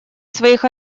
своих